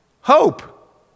Hope